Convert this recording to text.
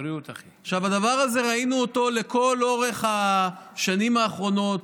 הדבר הזה, ראינו אותו לכל אורך השנים האחרונות,